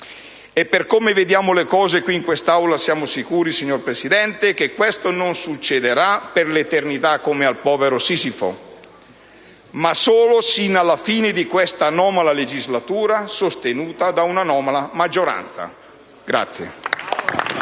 E per come vediamo le cose in quest'Aula siamo sicuri, signor Presidente, che questo non succederà per l'eternità, come accade per il povero Sisifo, ma solo sino alla fine di questa anomala legislatura sostenuta da un'anomala maggioranza.